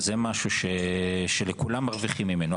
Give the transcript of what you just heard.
אז זה משהו שכולם מרוויחים ממנו.